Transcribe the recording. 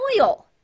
oil